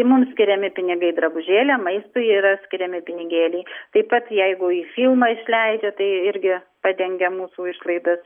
mum skiriami pinigai drabužėliam maistui yra skiriami pinigėliai taip pat jeigu į filmą išleidžia tai irgi padengia mūsų išlaidas